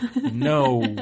no